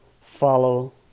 follow